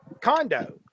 condo